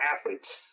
athletes